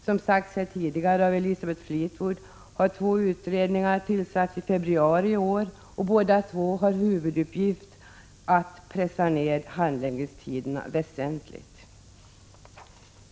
Som Elisabeth Fleetwood har sagt här tidigare tillsattes två utredningar i februari i år, båda med huvuduppgiften att pressa ned handläggningstiderna väsentligt.